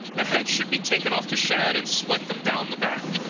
the heads should be taken off the shad, and split them down the back,